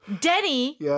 Denny